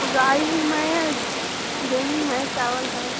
उगाही हूँ मैं गेहूँ है चावल है